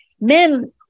Men